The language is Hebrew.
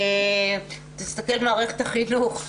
תסתכל על מערכת החינוך.